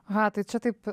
aha tai čia taip